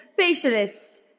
facialist